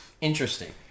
interesting